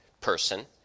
person